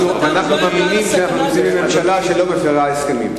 אנחנו מאמינים שאנחנו נמצאים בממשלה שלא מפירה הסכמים.